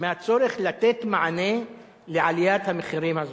מהצורך לתת מענה לעליית המחירים הזאת.